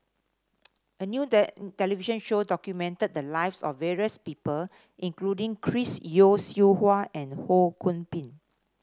a new television show documented the lives of various people including Chris Yeo Siew Hua and Ho Kwon Ping